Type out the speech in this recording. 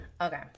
Okay